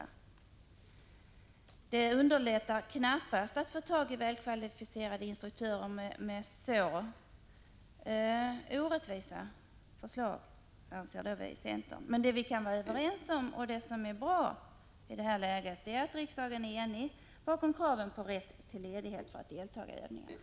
Så orättvisa förslag gör det knappast lättare att få tag i väl kvalificerade instruktörer, anser vi i centern. Men vi kan vara överens om att det är bra att riksdagen står enig bakom kravet på rätt till ledighet för att delta i övningarna.